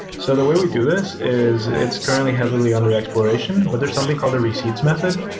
so the way we do this is it's currently heavily under exploration, but there's something called a receipts method,